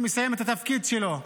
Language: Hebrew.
הוא מסיים את התפקיד שלו.